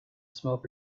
smoke